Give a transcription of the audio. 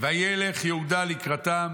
וילך יהודה לקראתם"